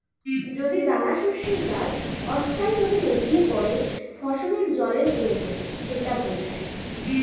যদি দানাশস্যের গাছ অস্থায়ীভাবে নেতিয়ে পড়ে ফসলের জলের প্রয়োজন সেটা বোঝায়